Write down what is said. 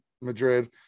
Madrid